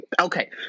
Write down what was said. Okay